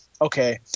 Okay